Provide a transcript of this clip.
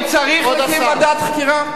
אם צריך, נקים ועדת חקירה.